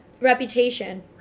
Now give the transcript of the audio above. Reputation